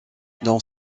dans